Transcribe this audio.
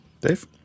Dave